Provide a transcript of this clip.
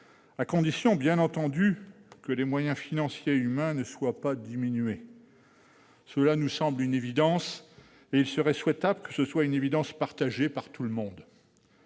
à condition, bien entendu, que les moyens financiers et humains ne soient pas diminués. Cela nous semble une évidence, et il serait souhaitable que celle-ci soit partagée par tous ...